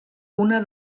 una